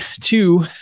Two